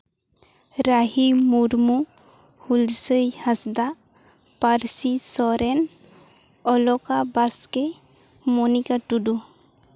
ᱨᱟᱹᱦᱤ ᱢᱩᱨᱢᱩ ᱦᱩᱞᱥᱟᱹᱭ ᱦᱟᱸᱥᱫᱟ ᱯᱟᱹᱨᱥᱤ ᱥᱚᱨᱮᱱ ᱚᱞᱚᱠᱟ ᱵᱟᱥᱠᱮ ᱢᱚᱱᱤᱠᱟ ᱴᱩᱰᱩ